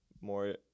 more